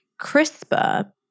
CRISPR